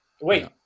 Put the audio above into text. Wait